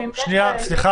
סליחה.